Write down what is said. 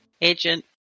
Agent